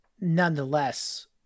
nonetheless